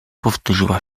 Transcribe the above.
powtórzyła